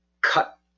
cut